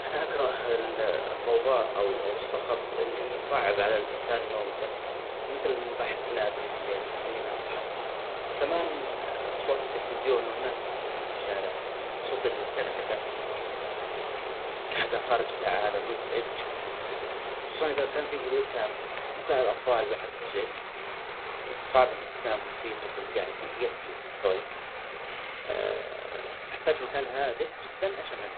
أنا أكره ال-الظوظاء أو-أو الصخب اللي يصعب علي الإنسان نومته مثل نباح الكلاب اللي في الليل يخليني أصحي كمان أصوات التليفزيون والناس اللي يتكلموا في الشارع ، صوت التكتكة تك تك تك تك حج عقارب الساعة مزعج خصوصا اذا كان في هدوء تام. بكاء الأطفال بعد مزعج يعني صعب أنك تنام وفي طفل جاعد يبكي حولك أحتاج مكان هادئ جدا عشان أنام.